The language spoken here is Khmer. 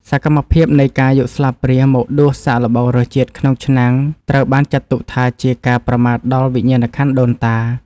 សកម្មភាពនៃការយកស្លាបព្រាមកដួសសាកល្បងរសជាតិក្នុងឆ្នាំងត្រូវបានចាត់ទុកថា ជាការប្រមាថដល់វិញ្ញាណក្ខន្ធដូនតា។